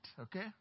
Okay